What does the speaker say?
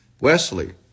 Wesley